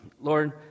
Lord